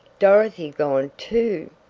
dorothy gone too!